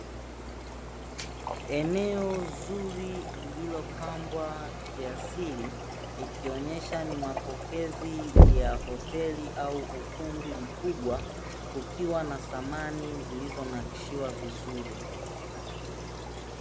Eneo zuri lililopambwa kiasili, ikionyesha ni mapokezi ya hoteli au ukumbi mkubwa ukiwa na samani zilizo nakshiwa vizuri.